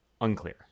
unclear